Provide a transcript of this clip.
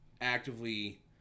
actively